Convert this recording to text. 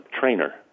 trainer